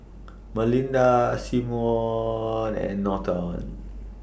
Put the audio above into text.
Malinda Symone and Norton